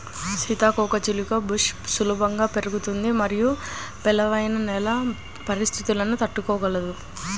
సీతాకోకచిలుక బుష్ సులభంగా పెరుగుతుంది మరియు పేలవమైన నేల పరిస్థితులను తట్టుకోగలదు